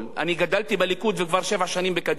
אני גדלתי בליכוד וכבר שבע שנים בקדימה.